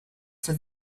for